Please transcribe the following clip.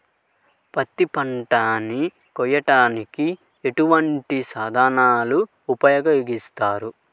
పత్తి పంటను కోయటానికి ఎటువంటి సాధనలు ఉపయోగిస్తారు?